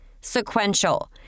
Sequential